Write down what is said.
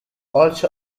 also